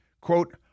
quote